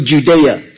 Judea